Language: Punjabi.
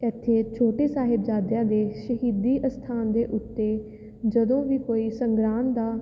ਇੱਥੇ ਛੋਟੇ ਸਾਹਿਬਜ਼ਾਦਿਆਂ ਦੀ ਸ਼ਹੀਦੀ ਅਸਥਾਨ ਦੇ ਉੱਤੇ ਜਦੋਂ ਵੀ ਕੋਈ ਸੰਗਰਾਂਦ ਦਾ